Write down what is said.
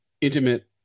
intimate